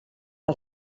als